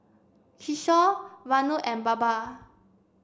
Kishore Vanu and Baba